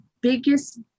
biggest